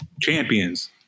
champions